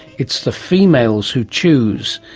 it's the females who choose,